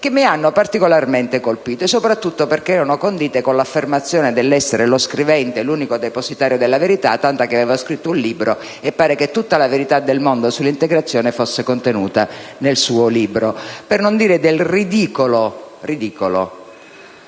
che mi ha particolarmente colpito, soprattutto perché condito con l'affermazione dell'essere, lo scrivente, l'unico depositario della verità, tanto che aveva scritto un libro, e pare che tutta la verità del mondo sull'integrazione fosse contenuta nel suo libro. Per non dire del ridicolo - ribadisco: